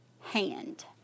hand